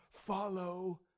Follow